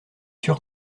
sûr